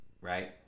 right